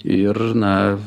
ir na